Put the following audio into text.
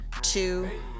two